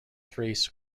thrace